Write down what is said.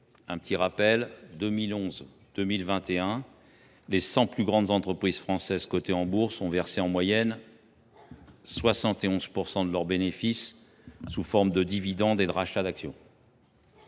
un petit rappel : entre 2011 et 2021, les cent plus grandes entreprises françaises cotées à la Bourse ont versé en moyenne 71 % de leurs bénéfices sous forme de dividendes et de rachats d’actions.